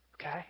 Okay